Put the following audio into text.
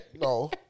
No